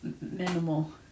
minimal